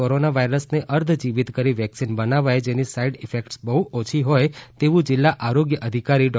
corona વાયરસને અર્ધજીવિત કરી વેક્સિન બનાવાય જેની સાઈડ ઈફેકટ્સ બહુ ઓછી હોય તેવું જિલ્લા આરોગ્ય અધિકારી ડો